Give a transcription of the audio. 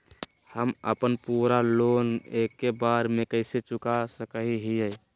हम अपन पूरा लोन एके बार में कैसे चुका सकई हियई?